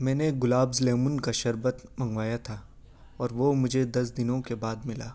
میں نے گلابز لیمون کا شربت منگوایا تھا اور وہ مجھے دس دنوں کے بعد ملا